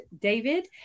David